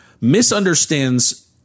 misunderstands